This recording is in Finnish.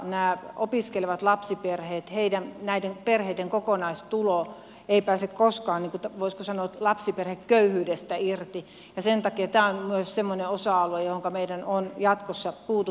minä opiskelevat lapsiperheet heidän näiden opiskelevien lapsiperheiden kokonaistulo ei pääse koskaan voisiko sanoa lapsiperheköyhyydestä irti ja sen takia tämä on myös semmoinen osa alue johonka meidän on jatkossa puututtava